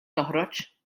toħroġ